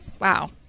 Wow